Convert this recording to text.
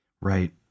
right